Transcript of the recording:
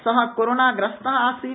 स कोरोनाग्रस्त आसीत्